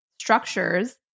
structures